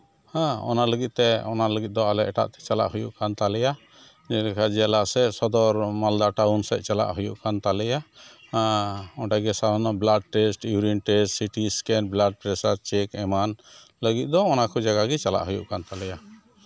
ᱦᱮᱸ ᱚᱱᱟ ᱞᱟᱹᱜᱤᱫ ᱛᱮ ᱚᱱᱟ ᱞᱟᱹᱜᱤᱫ ᱫᱚ ᱟᱞᱮ ᱮᱴᱟᱜ ᱛᱮ ᱪᱟᱞᱟᱜ ᱦᱩᱭᱩᱜ ᱠᱟᱱ ᱛᱟᱞᱮᱭᱟ ᱡᱮᱞᱮᱠᱟ ᱡᱮᱞᱟ ᱥᱮ ᱥᱚᱫᱚᱨ ᱢᱟᱞᱫᱟ ᱴᱟᱣᱩᱱ ᱥᱮᱜ ᱪᱟᱞᱟᱜ ᱦᱩᱭᱩᱜ ᱠᱟᱱ ᱚᱸᱰᱮ ᱜᱮ ᱚᱱᱟ blood test urine test CT scan blood pressure check ᱮᱢᱟᱱ ᱞᱟᱹᱜᱤᱫ ᱫᱚ ᱚᱱᱟᱠᱚ ᱡᱟᱭᱜᱟ ᱜᱮ ᱪᱟᱞᱟᱜ ᱦᱩᱭᱩᱜ ᱠᱟᱱ ᱛᱟᱞᱮᱭᱟ